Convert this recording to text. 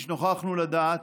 כפי שנוכחנו לדעת,